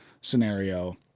scenario